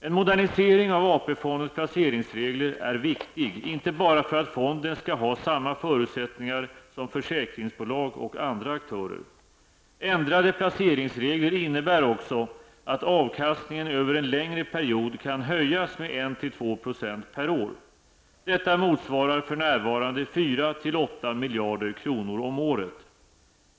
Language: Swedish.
En modernisering av AP-fondens placeringsregler är viktig, inte bara för att fonden skall ha samma förutsättningar som försäkringsbolag och andra aktörer. Ändrade placeringsregler innebär också att avkastningen över en längre period kan höjas med 1--2 % per år. Detta motsvarar för närvarande 4--8 miljarder kronor om året.